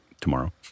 tomorrow